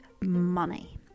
money